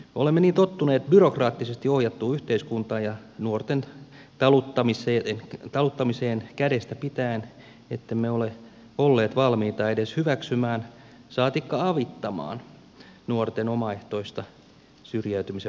olemme niin tottuneet byrokraattisesti ohjattuun yhteiskuntaan ja nuorten taluttamiseen kädestä pitäen ettemme ole olleet valmiita edes hyväksymään saatikka avittamaan nuorten omaehtoista syrjäytymisen vastaista työtä